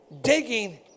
digging